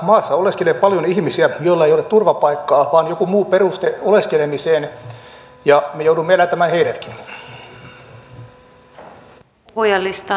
maassa oleskelee paljon ihmisiä joilla ei ole turvapaikkaa vaan joku muu peruste oleskelemiseen ja me joudumme elättämään heidätkin